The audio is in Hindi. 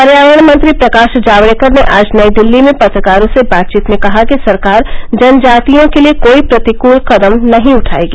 पर्यावरण मंत्री प्रकाश जावड़ेकर ने आज नई दिल्ली में पत्रकारों से बातचीत में कहा कि सरकार जनजातियों के लिए कोई प्रतिकूल कदम नहीं उठाएगी